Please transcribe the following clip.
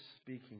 speaking